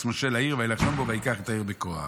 מושל העיר וילחם בו וייקח את העיר בכוח".